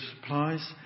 supplies